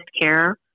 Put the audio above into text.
care